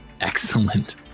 excellent